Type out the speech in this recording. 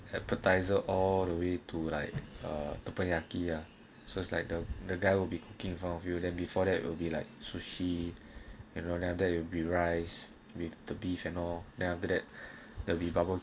advertisers all the way to like a teppanyaki ah ya so it's like the the guy will be cooking fount of you then before that will be like sushi and other that you will be rice with the beef and all then after that the